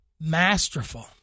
masterful